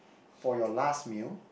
for your last meal